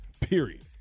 Period